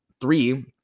three